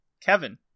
Kevin